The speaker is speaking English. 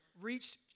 reached